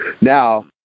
Now